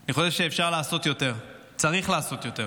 שאני חושב שאפשר לעשות יותר, צריך לעשות יותר